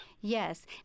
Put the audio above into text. Yes